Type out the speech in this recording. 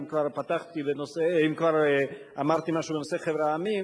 אם כבר אמרתי משהו בנושא חבר העמים,